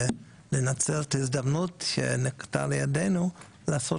ולנצל את ההזדמנות שנקרתה לידינו לעשות